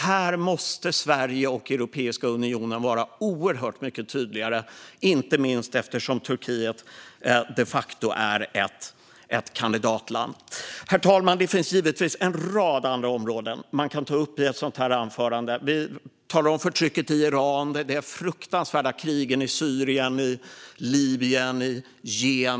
Här måste Sverige och Europeiska unionen vara oerhört mycket tydligare, inte minst eftersom Turkiet de facto är ett kandidatland. Herr talman! Det finns givetvis en rad andra områden som man kan ta upp i ett sådant här anförande. Vi kan tala om förtrycket i Iran, de fruktansvärda krigen i Syrien, Libyen, Jemen och så vidare.